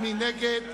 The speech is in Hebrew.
מי נגד?